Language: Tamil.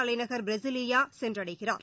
தலைநகர் பிரஸிலியா சென்றடைகிறார்